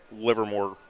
Livermore